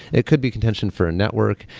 it could be contention for a network.